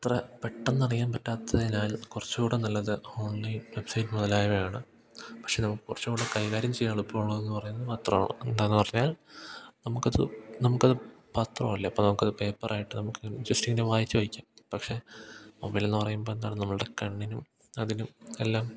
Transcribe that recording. അത്ര പെട്ടെന്നറിയാൻ പറ്റാത്തതിനാൽ കുറച്ചൂ കൂടി നല്ലത് ഓൺലൈൻ വെബ്സൈറ്റ് മുതലായവയാണ് പക്ഷെ നമുക്ക് കുറച്ചു കൂടി കൈ കാര്യം ചെയ്യാൻ എളുപ്പമുള്ളതെന്നു പറയുന്നത് പത്രമാണ് എന്താണെന്നു പറഞ്ഞാൽ നമുക്കത് നമുക്കത് പത്രമല്ലേ അപ്പം നമുക്കത് പേപ്പറായിട്ട് നമുക്ക് ജസ്റ്റിങ്ങനെ വായിച്ച് വായിച്ച് പക്ഷെ മൊബൈലെന്നു പറയുമ്പോൾ എന്താണ് നമ്മളുടെ കണ്ണിനും അതിനും എല്ലാം